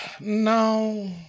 No